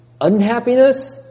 unhappiness